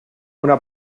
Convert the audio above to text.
una